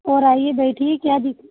और आइए बैठिए क्या दिक